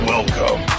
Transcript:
Welcome